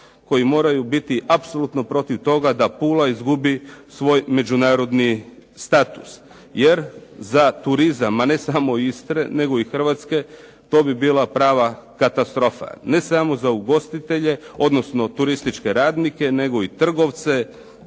koji moraju biti apsolutno protiv toga da Pula izgubi svoj međunarodni status. Jer za turizam, ma ne samo Istre, nego i Hrvatske to bi bila prava katastrofa. Ne samo za ugostitelje, odnosno turističke radnike, nego i trgovce,